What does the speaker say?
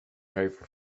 over